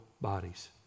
bodies